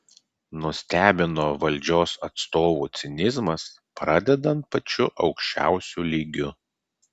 nustebino valdžios atstovų cinizmas pradedant pačiu aukščiausiu lygiu